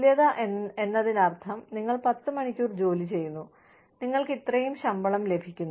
തുല്യത എന്നതിനർത്ഥം നിങ്ങൾ 10 മണിക്കൂർ ജോലി ചെയ്യുന്നു നിങ്ങൾക്ക് ഇത്രയും ശമ്പളം ലഭിക്കും